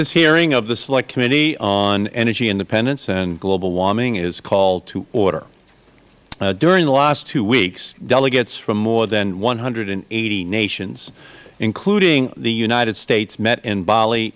hearing of the select committee on energy independence and global warming is called to order during the last two weeks delegates from more than one hundred and eighty nations including the united states met in bali